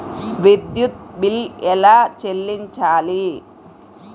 విద్యుత్ బిల్ ఎలా చెల్లించాలి?